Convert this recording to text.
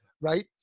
right